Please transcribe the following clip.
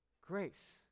grace